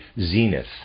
zenith